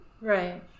Right